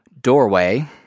doorway